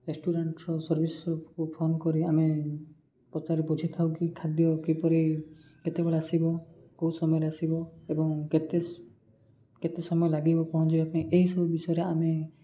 ରେଷ୍ଟୁରାଣ୍ଟ୍ର ସର୍ଭିସ୍କୁ ଫୋନ୍ କରି ଆମେ ପଚାରେ ବୁଝିଥାଉ କି ଖାଦ୍ୟ କିପରି କେତେବେଳେ ଆସିବ କେଉଁ ସମୟରେ ଆସିବ ଏବଂ କେତେ କେତେ ସମୟ ଲାଗିବ ପହଞ୍ଚିବା ପାଇଁ ଏହି ସବୁ ବିଷୟରେ ଆମେ